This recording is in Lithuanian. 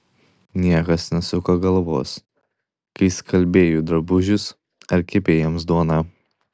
niekas nesuko galvos kai skalbei jų drabužius ar kepei jiems duoną